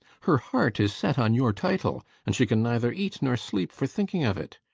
her heart is set on your title, and she can neither eat nor sleep for thinking of it.